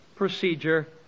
procedure